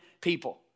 people